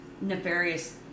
nefarious